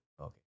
okay